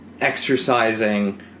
exercising